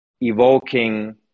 evoking